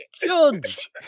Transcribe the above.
judge